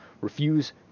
refuse